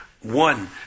one